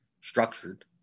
structured